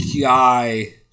guy